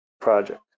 project